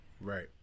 Right